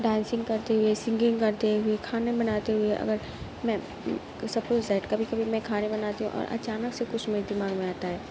dancing کرتے ہوئے singing کرتے ہوئے کھانے بناتے ہوئے اگر میں سپوز دیٹ کبھی کبھی میں کھانے بناتی ہوں اور اچانک سے کچھ میرے دماغ میں آتا ہے